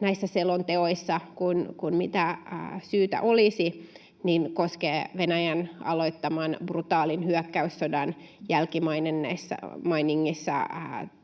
näissä selonteoissa siinä määrin kuin syytä olisi, koskee Venäjän aloittaman brutaalin hyökkäyssodan jälkimainingissa toteutunutta